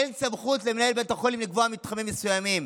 אין סמכות למנהל בית החולים לקבוע מתחמים מסוימים.